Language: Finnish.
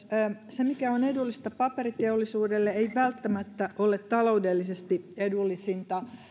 se mikä on edullista paperiteollisuudelle ei välttämättä ole taloudellisesti edullisinta